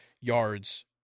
yards